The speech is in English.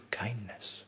kindness